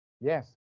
Yes